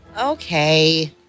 Okay